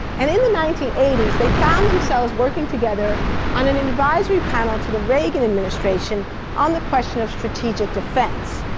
and in the nineteen eighty s, they found themselves working together on an advisory panel to the reagan administration on the question of strategic defence,